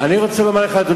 אני מוחל לך הפעם.